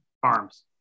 Farms